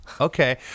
Okay